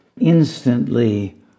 instantly